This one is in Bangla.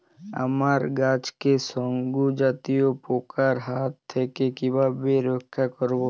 আমার গাছকে শঙ্কু জাতীয় পোকার হাত থেকে কিভাবে রক্ষা করব?